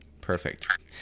Perfect